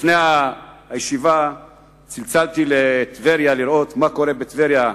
לפני הישיבה צלצלתי לטבריה לראות מה קורה בטבריה,